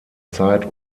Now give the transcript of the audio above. zeit